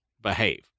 behave